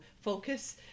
focus